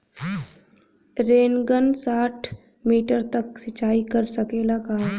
Rain gun साठ metre तक सिचाई कर सकेला का?